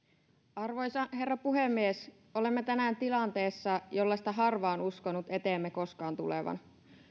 arvoisa herra puhemies olemme tänään tilanteessa jollaista harva on uskonut eteemme koskaan tulevan